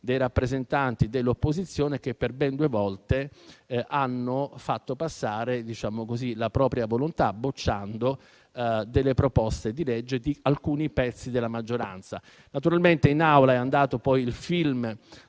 dei rappresentanti dell'opposizione, che per ben due volte hanno fatto passare la propria volontà bocciando proposte di legge di alcuni pezzi della maggioranza. Naturalmente in Aula è andato poi in onda